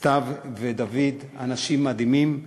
סתיו ודוד, אנשים מדהימים.